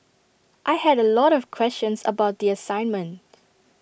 I had A lot of questions about the assignment